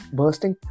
bursting